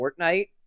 Fortnite